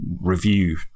review